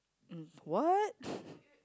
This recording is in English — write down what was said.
mm what